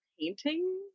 painting